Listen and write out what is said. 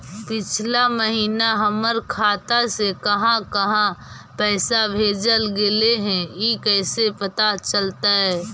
पिछला महिना हमर खाता से काहां काहां पैसा भेजल गेले हे इ कैसे पता चलतै?